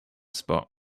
spot